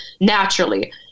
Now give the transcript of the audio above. naturally